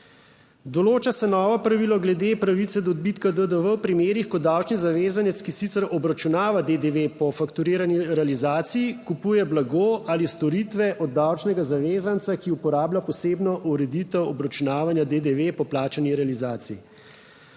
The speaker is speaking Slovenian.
Določa se novo pravilo glede pravice do odbitka DDV v primerih, ko davčni zavezanec, ki sicer obračunava DDV po fakturirani realizaciji, kupuje blago ali storitve od davčnega zavezanca, ki uporablja posebno ureditev obračunavanja DDV po plačani realizaciji.